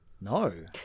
No